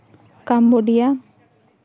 Cambodia